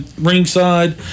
ringside